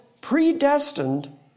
predestined